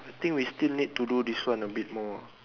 I think we still need to do this one a bit more ah